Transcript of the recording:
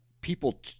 people